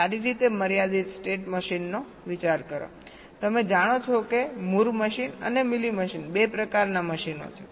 સારી રીતે મર્યાદિત સ્ટેટ મશીનનો વિચાર કરોતમે જાણો છો કે મૂર મશીન અને મીલી મશીન 2 પ્રકારના મશીનો છે